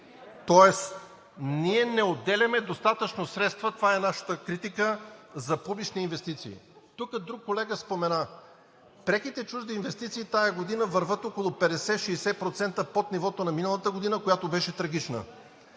Тоест ние не отделяме достатъчно средства – това е нашата критика, за публични инвестиции. Друг колега спомена – преките чужди инвестиции тази година вървят около 50 – 60% под нивото на миналата година, която беше трагична.